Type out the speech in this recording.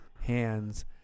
hands